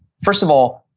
first of all,